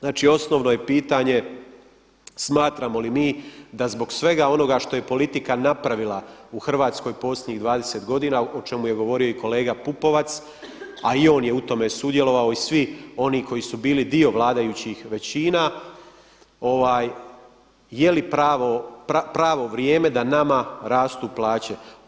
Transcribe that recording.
Znači, osnovno je pitanje smatramo li mi da zbog svega onoga što je politika napravila u Hrvatskoj posljednjih 20 godina o čemu je govorio i kolega Pupovac, a i on je u tome sudjelovao i svi oni koji su bili dio vladajućih većina, je li pravo vrijeme da nama rastu plaće.